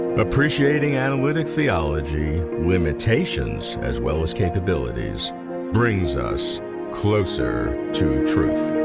appreciating analytic theology limitations as well as capabilities brings us closer to truth.